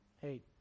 Hey